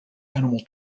animal